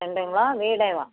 செண்டுங்களா வீடேவா